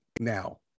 now